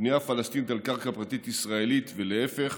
בנייה פלסטינית על קרקע פרטית ישראלית ולהפך,